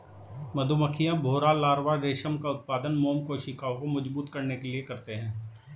मधुमक्खियां, भौंरा लार्वा रेशम का उत्पादन मोम कोशिकाओं को मजबूत करने के लिए करते हैं